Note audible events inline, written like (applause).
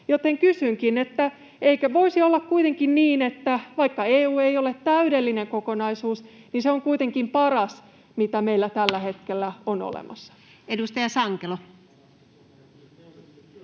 Kysynkin, eikö voisi olla kuitenkin niin, että vaikka EU ei ole täydellinen kokonaisuus, niin se on kuitenkin paras, mitä meillä (noise) tällä hetkellä on olemassa. Edustaja Sankelo.